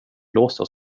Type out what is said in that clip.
blåsa